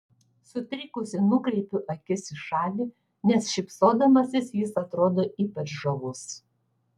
sutrikusi nukreipiu akis į šalį nes šypsodamasis jis atrodo ypač žavus